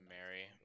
Mary